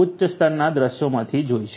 ઉચ્ચ સ્તરના દૃશ્યોમાંથી જોઈશું